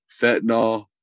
fentanyl